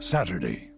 Saturday